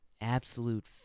absolute